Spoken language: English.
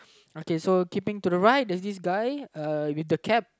okay so keeping to the right there is this guy uh with the cap